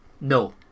No